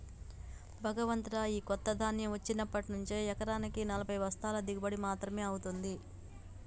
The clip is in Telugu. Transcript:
భగవంతుడా, ఈ కొత్త ధాన్యం వచ్చినప్పటి నుంచి ఎకరానా నలభై బస్తాల దిగుబడి మాత్రమే అవుతుంది